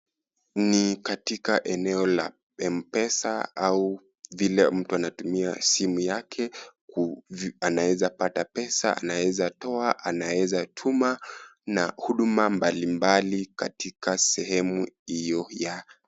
Ni katika eneo la Mpesa au vile mtu anatumia simu yake anaeza pata pesa, anaezatoa, anaezatuma na huduma mbali mbali katika sehemu hiyo ya...